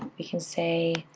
we can say,